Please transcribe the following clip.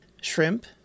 shrimp